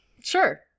Sure